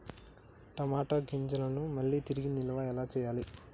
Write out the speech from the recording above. టమాట గింజలను మళ్ళీ తిరిగి నిల్వ ఎలా చేయాలి?